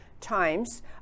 times